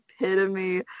epitome